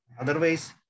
Otherwise